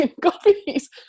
copies